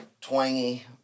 twangy